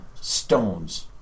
stones